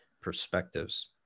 perspectives